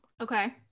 Okay